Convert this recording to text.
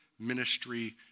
ministry